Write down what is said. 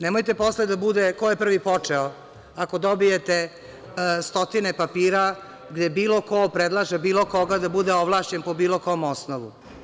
Nemojte posle da bude ko je prvi počeo, ako dobijete stotine papira gde bilo ko predlaže bilo koga da bude ovlašćen po bilo kom osnovu.